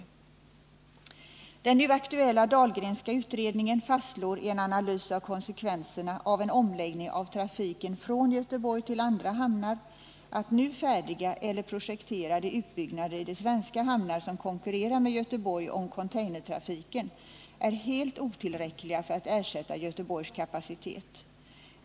Den nu aktuella Dahlgrenska utredningen fastslår i en analys av konsekvenserna av en omläggning av trafiken från Göteborg till andra hamnar att nu färdiga eller projekterade utbyggnader i de svenska hamnar som konkurrerar med Göteborg om containertrafiken är helt otillräckliga för att ersätta Göteborgs kapacitet.